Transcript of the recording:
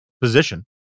position